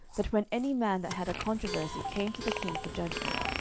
that when any man that had a controversy came to the king for judgment,